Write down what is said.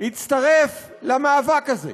הצטרף למאבק הזה,